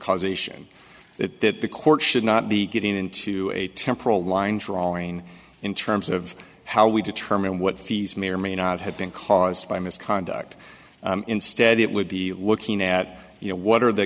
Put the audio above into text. causation that the court should not be getting into a temporal line drawing in terms of how we determine what these may or may not have been caused by misconduct instead it would be looking at you know what are the